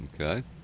Okay